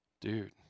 Dude